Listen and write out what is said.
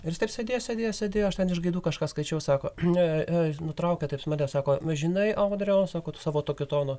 ir jis taip sėdėjo sėdėjo sėdėjo aš ten iš gaidų kažką skaičiau sako nutraukia taip jis mane sako nu žinai audriau sako tu savo tokiu tonu